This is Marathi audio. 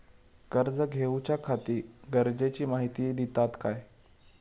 कर्ज घेऊच्याखाती गरजेची माहिती दितात काय?